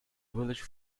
village